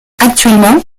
actuellement